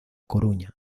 coruña